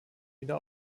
wieder